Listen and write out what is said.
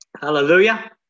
Hallelujah